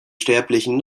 sterblichen